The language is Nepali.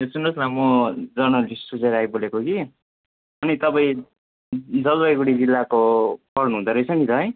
सुन्नुहोस् न म जर्नलिस्ट सुजय राई बोलेको कि अनि तपाईँ जलपाइगुडी जिल्लाको पर्नुहुँदो रहेछ नि त है